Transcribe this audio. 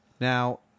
Now